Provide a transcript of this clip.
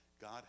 God